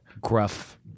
gruff